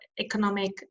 economic